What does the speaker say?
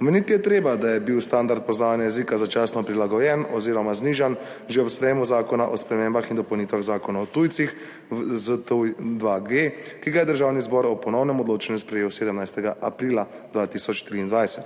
Omeniti je treba, da je bil standard poznavanja jezika začasno prilagojen oziroma znižan že ob sprejetju Zakona o spremembah in dopolnitvah Zakona o tujcih, ZTuj-2G, ki ga je Državni zbor ob ponovnem odločanju sprejel 17. aprila 2023.